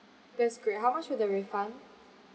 that's great how much would the refund